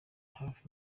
hafi